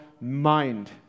mind